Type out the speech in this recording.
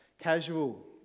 casual